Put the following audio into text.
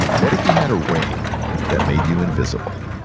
what if he had a ring that made you invisible.